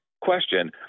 question